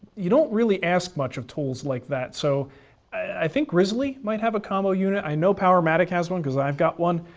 you don't really ask much of tools like that, so i think grizzly might have a combo unit. i know powermatic has one because i've got one,